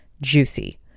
juicy